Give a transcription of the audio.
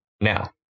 Now